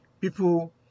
people